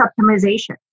Optimization